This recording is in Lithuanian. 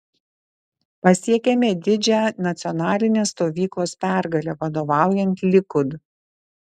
pasiekėme didžią nacionalinės stovyklos pergalę vadovaujant likud